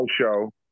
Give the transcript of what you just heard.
show